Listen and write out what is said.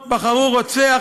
אם במקום להפריע לי,